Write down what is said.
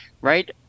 right